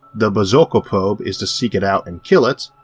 the berserker probe is to seek it out and kill it,